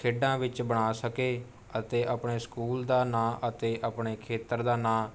ਖੇਡਾਂ ਵਿੱਚ ਬਣਾ ਸਕੇ ਅਤੇ ਆਪਣੇ ਸਕੂਲ ਦਾ ਨਾਂ ਅਤੇ ਆਪਣੇ ਖੇਤਰ ਦਾ ਨਾਂ